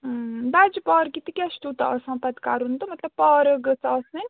بَجہِ پارکہِ تہِ کیٛاہ چھُ تیٛوٗتاہ آسان پَتہٕ کَرُن تہٕ مطلب پارَک گٔژھ آسٕنۍ